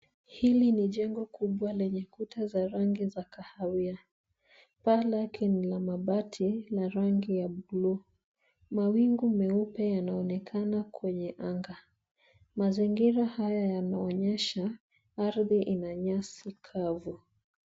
Hili ni jengo kubwa lenye kuta za rangi za kahawia. Paa lake ni la mabati la rangi ya blue . Mawingu meupe yanaonekana kwenye anga. Mazingira haya yanaonyesha ardhi ina nyasi kavu.